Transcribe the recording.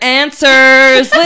answers